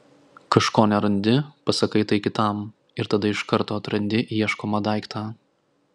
kažko nerandi pasakai tai kitam ir tada iš karto atrandi ieškomą daiktą